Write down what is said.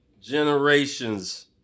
generations